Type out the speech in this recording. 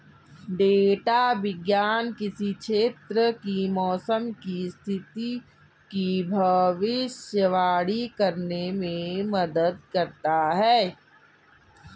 data विज्ञान किसी क्षेत्र की मौसम की स्थिति की भविष्यवाणी करने में मदद करता है